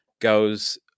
goes